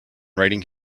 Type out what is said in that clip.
riding